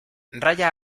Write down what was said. raya